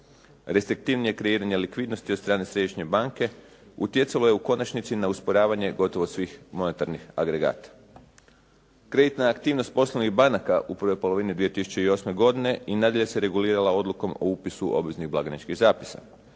Restriktivnije kreiranje likvidnosti od strane središnje banke utjecalo je u konačnici na usporavanje gotovo svih monetarnih agregata. Kreditna aktivnost poslovnih banaka u prvoj polovini 2008. godine i nadalje se regulirala odlukom o upisu obveznih blagajničkih zapisa.